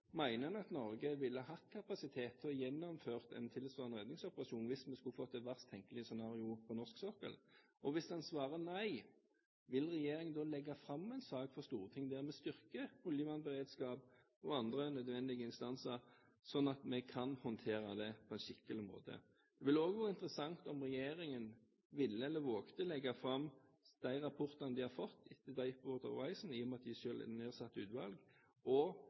en at Norge ville hatt kapasitet til å gjennomføre en tilsvarende redningsoperasjon hvis vi skulle fått det verst tenkelige scenarioet på norsk sokkel? Hvis han svarer nei, vil regjeringen da legge fram en sak for Stortinget der vi styrker oljevernberedskapen og andre nødvendige instanser, slik at vi kan håndtere det på en skikkelig måte? Det ville også være interessant om regjeringen ville, eller våget, legge fram de rapportene man hadde fått etter «Deepwater Horizon»-ulykken og «Full City»-ulykken – i og med at de selv har nedsatt utvalg